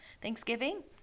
Thanksgiving